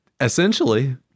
Essentially